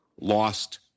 lost